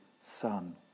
son